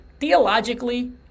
Theologically